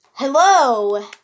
Hello